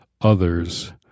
others